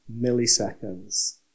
milliseconds